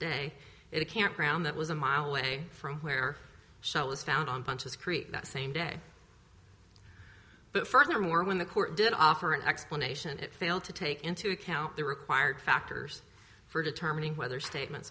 day at a campground that was a mile away from where it was found on bunches creek that same day but furthermore when the court did offer an explanation it failed to take into account the required factors for determining whether statements